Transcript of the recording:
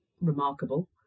remarkable